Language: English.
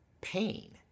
pain